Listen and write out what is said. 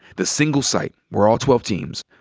the single site where all twelve teams,